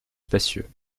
spacieux